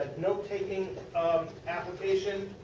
note taking um application.